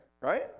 right